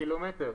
קילומטר.